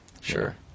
sure